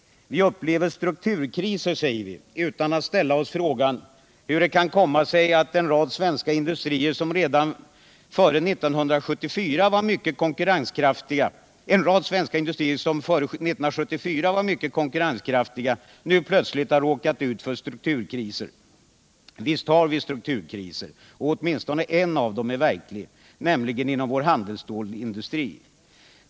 Vi upplever struk turkriser, säger vi, utan att ställa oss frågan hur det kan komma sig att en rad svenska industrier som före 1974 var mycket konkurrenskraftiga nu plötsligt har råkat ut för strukturkriser. Visst har vi strukturkriser, och åtminstone en är verklig, nämligen den inom vår handelsstålindustri.